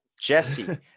jesse